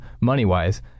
money-wise